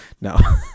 No